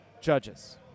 judges